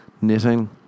Knitting